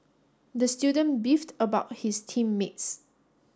the student beefed about his team mates